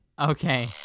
Okay